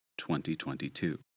2022